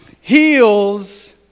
heals